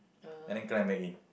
and then climb back in